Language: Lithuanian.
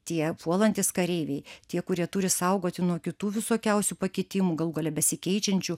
tie puolantys kareiviai tie kurie turi saugoti nuo kitų visokiausių pakitimų galų gale besikeičiančių